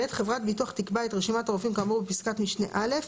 חברת ביטוח תקבע את רשימת הרופאים כאמור בפסקת משנה (א),